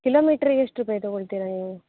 ಕಿಲೋಮೀಟ್ರಿಗೆ ಎಷ್ಟು ರೂಪಾಯಿ ತಗೊಳ್ತೀರ ನೀವು